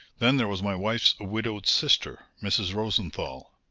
then there was my wife's widowed sister, mrs. rosenthal.